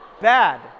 bad